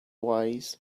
wise